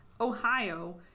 Ohio